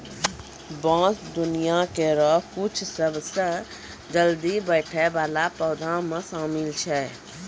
बांस दुनिया केरो कुछ सबसें जल्दी बढ़ै वाला पौधा म शामिल छै